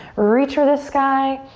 reach for the sky.